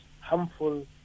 harmful